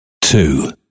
two